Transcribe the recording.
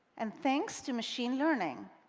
and thanks to machine learning,